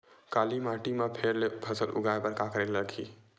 काली माटी म फेर ले फसल उगाए बर का करेला लगही?